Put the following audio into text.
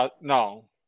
No